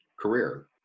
career